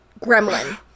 gremlin